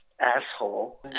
asshole